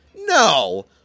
No